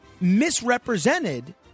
misrepresented